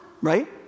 right